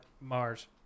Mars